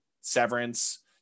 Severance